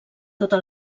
tota